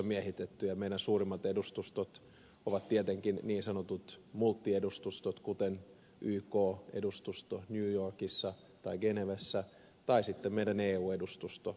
meidän suurimmat edustustomme ovat tietenkin niin sanotut multiedustustot kuten yk edustusto new yorkissa tai genevessä tai meidän eu edustustomme